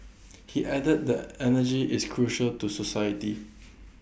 he added that energy is crucial to society